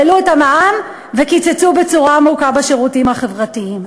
העלו את המע"מ וקיצצו בצורה עמוקה בשירותים החברתיים.